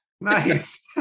Nice